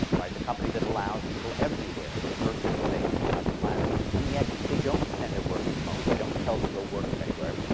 the company that allows people everywhere to search for things throughout the planet. and yet, they don't send their workers home. they don't tell them go work from anywhere.